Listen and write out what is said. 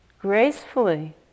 gracefully